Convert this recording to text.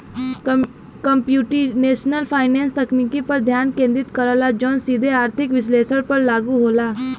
computational finance तकनीक पर ध्यान केंद्रित करला जौन सीधे आर्थिक विश्लेषण पर लागू होला